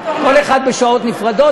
כל אחד בשעות נפרדות